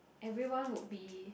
everyone would be